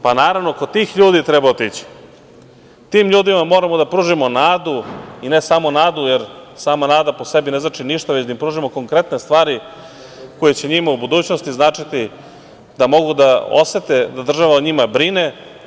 Pa naravno kod tih ljudi treba otići, tim ljudima moramo da pružimo nadu i ne samo nadu, jer sama nada po sebi ne znači ništa, već da im pružimo konkretne stvari koje će njima u budućnosti značiti da mogu da osete da država o njima brine.